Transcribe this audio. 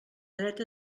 dret